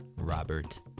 Robert